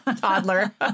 Toddler